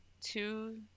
two